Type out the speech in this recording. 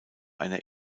einer